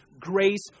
grace